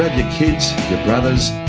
kids, your brothers,